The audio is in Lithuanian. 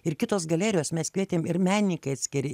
ir kitos galerijos mes kvietėm ir menininkai atskiri